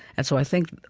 and so, i think,